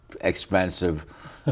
expensive